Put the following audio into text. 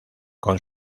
con